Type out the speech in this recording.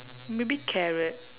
maybe carrot